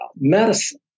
Medicine